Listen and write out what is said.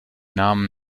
namen